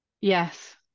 Yes